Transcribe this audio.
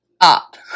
up